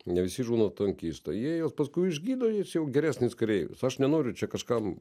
ne visi žūna tankistai jie juos paskui išgydo jis jau geresnis kareivis aš nenoriu čia kažkam